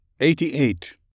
Eighty-Eight